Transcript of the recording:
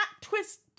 twist